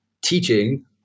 teaching